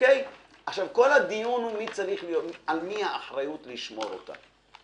כל הדיון הוא על מי האחריות לשמור אותה